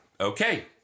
Okay